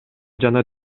жана